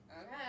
okay